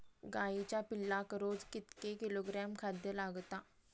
गाईच्या पिल्लाक रोज कितके किलोग्रॅम खाद्य लागता?